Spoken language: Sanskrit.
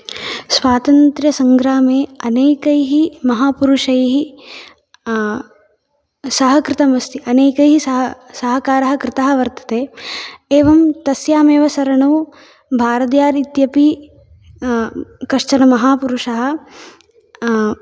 स्वातन्त्रसंग्रामे अनेकैः महापुरुषैः सहकृतमस्ति अनेकैः सह सहकारः कृतः वर्तते एवं तस्यामेव सरणौ भारतियारित्यपि कश्चनमहापुरुषः